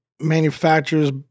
manufacturers